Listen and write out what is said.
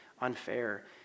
unfair